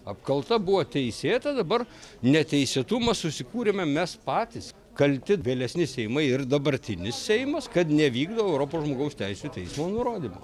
apkalta buvo teisėta dabar neteisėtumą susikūrėme mes patys kalti vėlesni seimai ir dabartinis seimas kad nevykdo europos žmogaus teisių teismo nurodymo